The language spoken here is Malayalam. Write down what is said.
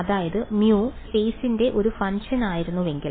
അതായത് μ സ്പേസിന്റെ ഒരു ഫംഗ്ഷനായിരുന്നുവെങ്കിൽ